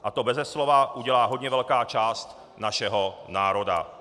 A to beze slova udělá hodně velká část našeho národa.